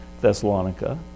Thessalonica